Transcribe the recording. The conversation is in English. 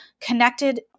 connected